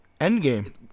Endgame